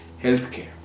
Healthcare